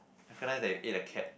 recognise they eat the cat